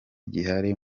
gihari